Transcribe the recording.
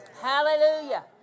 Hallelujah